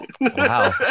Wow